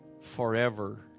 forever